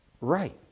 Right